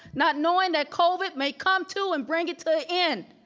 not knowing that covid may come to and bring it to end.